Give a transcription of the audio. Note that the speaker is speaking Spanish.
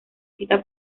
cita